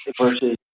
versus